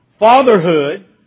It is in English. Fatherhood